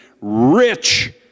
rich